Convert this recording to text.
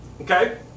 okay